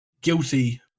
guilty